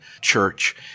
church